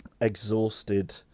exhausted